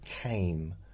came